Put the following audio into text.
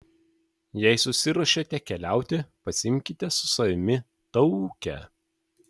jei susiruošėte keliauti pasiimkite su savimi taukę